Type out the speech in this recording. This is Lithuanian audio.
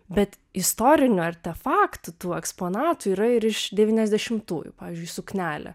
bet istorinių artefaktų tų eksponatų yra ir iš devyniasdešimtųjų pavyzdžiui suknelė